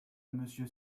monsieur